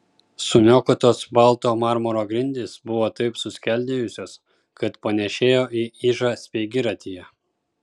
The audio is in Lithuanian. suniokotos balto marmuro grindys buvo taip suskeldėjusios kad panėšėjo į ižą speigiratyje